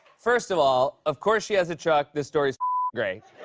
first of all, of course, she has a truck. this story's great.